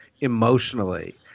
emotionally